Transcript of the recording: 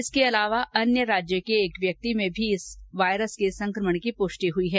इसके अलावा अन्य राज्य के एक व्यक्ति में भी इस वायरस के संकमण की पुष्टि हुई है